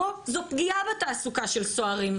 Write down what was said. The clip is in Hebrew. פה זו פגיעה בתעסוקה של סוהרים,